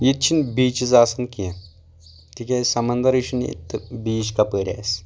ییتہِ چھِ نہٕ بیچز آسان کیٚنٛہہ تِکیٚازِ سمندرٕے چھُ نہٕ ییٚتہِ تہٕ بیٖچ کَپٲرۍ آسہِ